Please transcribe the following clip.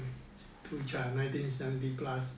two child nineteen seventy plus